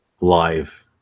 live